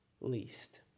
least